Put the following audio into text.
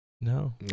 No